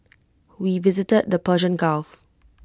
we visited the Persian gulf